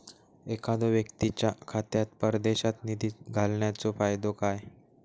एखादो व्यक्तीच्या खात्यात परदेशात निधी घालन्याचो फायदो काय?